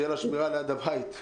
שתהיה לה שמירה ליד הבית.